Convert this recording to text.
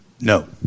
No